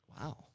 Wow